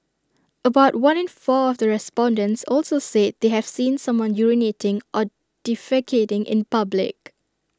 about one in four of the respondents also said they have seen someone urinating or defecating in public